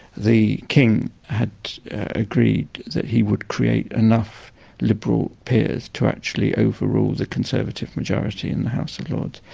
the king had agreed that he would create enough liberal peers to actually over-rule the conservative majority in the house of lords,